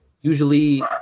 Usually